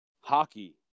hockey